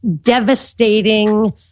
devastating